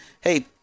Hey